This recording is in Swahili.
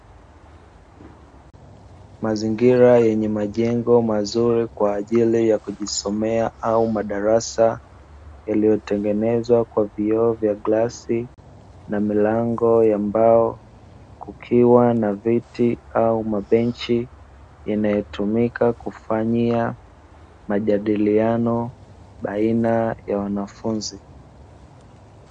Mazingira yenye majengo mazuri kwa ajili ya kujisomea au madarasa, yaliotengenezwa kwa vioo vya glasi na milango ya mbao, kukiwa na viti au mabenchi yanayotumika kufanyia majadiliano baina ya wanafunzi.